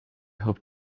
hoped